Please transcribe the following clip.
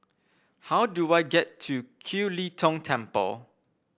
how do I get to Kiew Lee Tong Temple